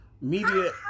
media